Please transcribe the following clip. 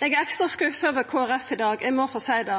Eg er ekstra skuffa over Kristeleg Folkeparti i dag – eg må få seia det.